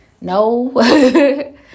no